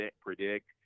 predict